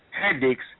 headaches